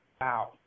Wow